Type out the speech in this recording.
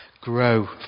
grow